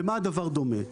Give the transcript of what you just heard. למה הדבר דומה?